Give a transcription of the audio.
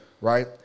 right